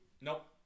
Nope